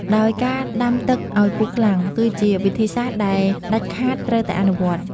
ដោយការដាំទឹកឱ្យពុះខ្លាំង គឺជាវិធីសាស្ត្រដែលដាច់ខាតត្រូវតែអនុវត្ត។